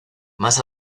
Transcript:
más